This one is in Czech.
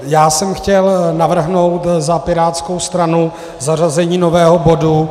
Já jsem chtěl navrhnout za pirátskou stranu zařazení nového bodu.